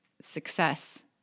success